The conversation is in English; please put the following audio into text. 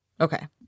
Okay